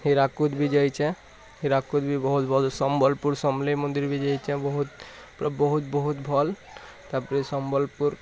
ହୀରାକୁଦ ବି ଯାଇଛେ ହୀରାକୁଦ ବି ବହୁତ ଭଲ୍ ସମ୍ବଲପୁର୍ ସମଲେଇ ମନ୍ଦିର୍ ବି ଯାଇଛେ ବହୁତ ପୁରା ବହୁତ ବହୁତ ଭଲ୍ ତା'ପରେ ସମ୍ବଲପୁର୍